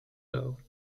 dough